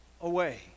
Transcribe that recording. away